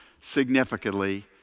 significantly